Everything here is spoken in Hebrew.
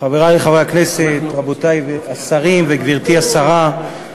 חברי חברי הכנסת, רבותי השרים וגברתי השרה,